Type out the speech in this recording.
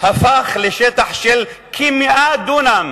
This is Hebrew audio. הפך לשטח של כ-100 דונם